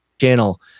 channel